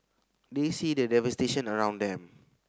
they see the devastation around them